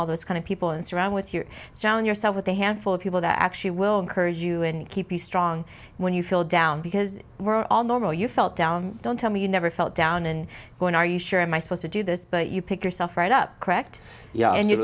all those kind of people and surround with your sound yourself with a handful of people that actually will encourage you and keep the strong when you feel down because we're all normal you felt down don't tell me you never felt down and going are you sure am i supposed to do this but you pick yourself right up correct yeah and you